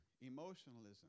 emotionalism